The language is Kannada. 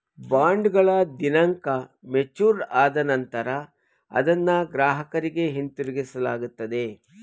ಬಾಂಡ್ಗಳ ದಿನಾಂಕ ಮೆಚೂರ್ಡ್ ಆದ ನಂತರ ಅದನ್ನ ಗ್ರಾಹಕರಿಗೆ ಹಿಂತಿರುಗಿಸಲಾಗುತ್ತದೆ